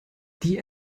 die